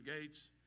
gates